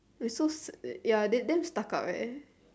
is so s~ ya they damn stuck up eh